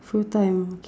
full time okay